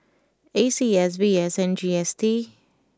A C S V S and G S T